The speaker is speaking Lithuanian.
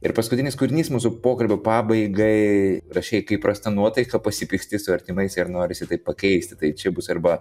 ir paskutinis kūrinys mūsų pokalbio pabaigai rašei kai prasta nuotaika pasipyksti su artimais ir norisi tai pakeisti tai čia bus arba